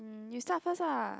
mm you start first uh